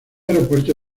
aeropuerto